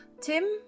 Tim